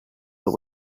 but